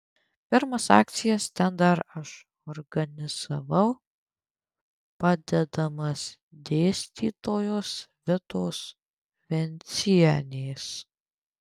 pirmas akcijas ten dar aš organizavau padedamas dėstytojos vitos vencienės